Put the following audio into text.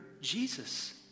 Jesus